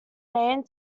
name